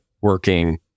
working